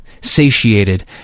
satiated